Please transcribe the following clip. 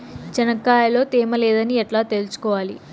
చెనక్కాయ లో తేమ లేదని ఎట్లా తెలుసుకోవాలి?